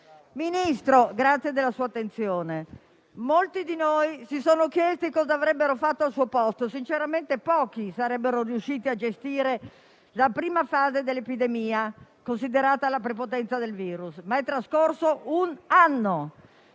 Ministro, la ringrazio della sua attenzione. Molti di noi si sono chiesti cosa avrebbero fatto al suo posto; sinceramente pochi sarebbero riusciti a gestire la prima fase dell'epidemia, considerata la prepotenza del virus; ma è trascorso un anno,